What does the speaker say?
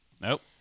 Nope